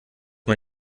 man